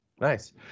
Nice